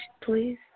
please